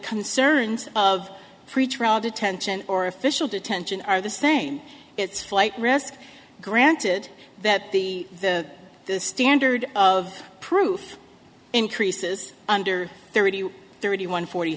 concerns of pretrial detention or official detention are the same it's flight risk granted that the the standard of proof increases under thirty thirty one forty